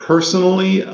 Personally